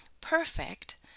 perfect